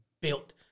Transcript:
built